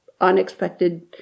unexpected